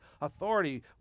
authority